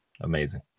amazing